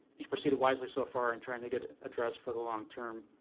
he's proceeded wisely so far in trying to get it addressed for the long term.